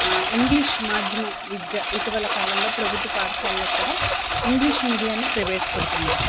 English మాధ్యమం విద్య ఇటీవల కాలంలో ప్రభుత్వ పాఠశాలలో కూడా ఇంగ్లీష్ మీడియాన్ని ప్రవేశపడుతున్నారు